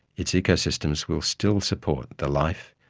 its ecosystems will still support the life,